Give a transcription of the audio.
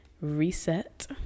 Reset